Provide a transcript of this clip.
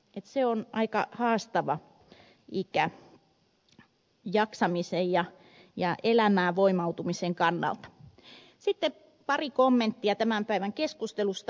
se on aika haastava ikä jaksamisen ja elämään voimautumisen kannalta sitten pari kommenttia tämän päivän keskustelusta